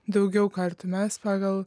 daugiau kartų mes pagal